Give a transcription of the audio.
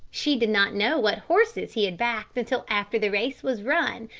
she did not know what horses he had backed until after the race was run,